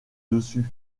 dessus